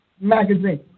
Magazine